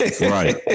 Right